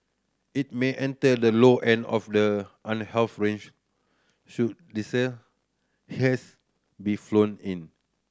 it may enter the low end of the unhealthy range should denser haze be flown in